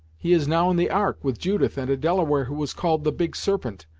he is now in the ark, with judith and a delaware who is called the big serpent.